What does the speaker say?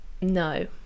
no